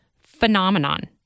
phenomenon